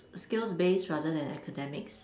skills based rather than academics